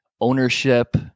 ownership